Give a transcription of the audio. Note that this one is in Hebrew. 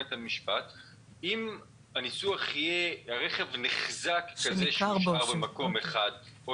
אם הניסוח יהיה: "הרכב נחזה לכזה שהושאר במקום אחד או